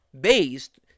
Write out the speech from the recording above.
based